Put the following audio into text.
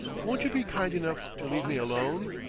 won't you be kind enough to leave me alone?